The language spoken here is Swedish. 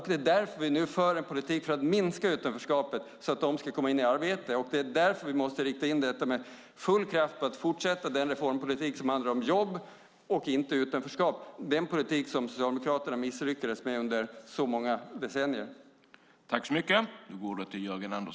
Vi för nu en politik för att minska utanförskapet för att de ska komma i arbete. Därför måste vi med full kraft inrikta oss på att fortsätta den reformpolitik som handlar om jobb, inte om utanförskap. Det var en politik som Socialdemokraterna misslyckades med under många decennier.